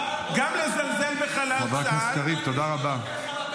גם לזלזל בחלל צה"ל -- רוני מאנה חבר של נתניהו.